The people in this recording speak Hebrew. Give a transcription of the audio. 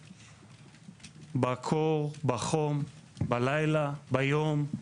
בקור, בחום, בלילה, ביום.